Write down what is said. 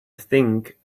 think